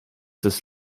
des